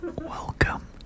welcome